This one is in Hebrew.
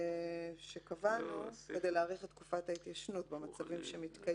שקבענו כדי להאריך את תקופת ההתיישנות במצבים שמתקיימים?